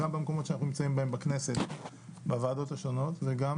גם במקומות שאנחנו נמצאים בהם בכנסת בוועדות השונות וגם